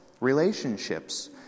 relationships